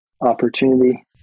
opportunity